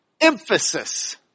emphasis